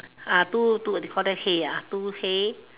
uh two two what you call that hay ah two hay